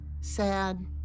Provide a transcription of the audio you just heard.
sad